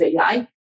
AI